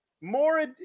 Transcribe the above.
more